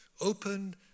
open